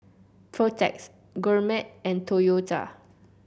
Protex Gourmet and Toyota